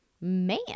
man